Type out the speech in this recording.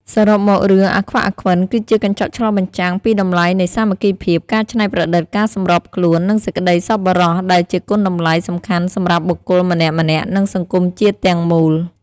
សរុបមក រឿង «អាខ្វាក់ អាខ្វិន» គឺជាកញ្ចក់ឆ្លុះបញ្ចាំងពីតម្លៃនៃ សាមគ្គីភាព ការច្នៃប្រឌិត ការសម្របខ្លួន និងសេចក្តីសប្បុរស ដែលជាគុណតម្លៃសំខាន់សម្រាប់បុគ្គលម្នាក់ៗ និងសង្គមជាតិទាំងមូល។